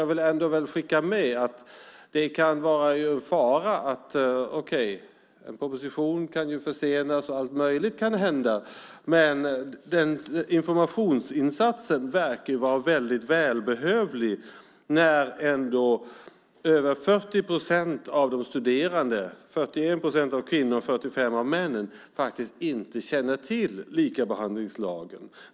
Jag vill ändå skicka med att det kan vara en fara. En proposition kan försenas och allt möjligt kan hända. Informationsinsatsen verkar vara väldigt välbehövlig. Av kvinnorna är det 40 procent och av männen är det 45 procent som inte känner till likabehandlingslagen.